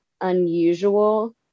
unusual